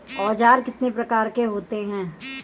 औज़ार कितने प्रकार के होते हैं?